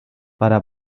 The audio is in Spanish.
para